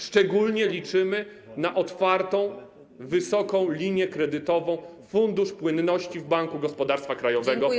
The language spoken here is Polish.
Szczególnie liczymy na otwartą, wysoką linię kredytową, fundusz płynności w Banku Gospodarstwa Krajowego.